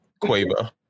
Quavo